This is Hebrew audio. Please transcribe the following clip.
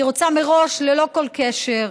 אני רוצה מראש, ללא כל קשר,